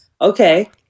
okay